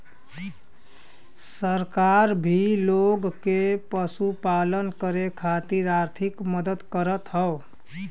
सरकार भी लोग के पशुपालन करे खातिर आर्थिक मदद करत हौ